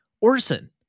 Orson